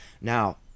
Now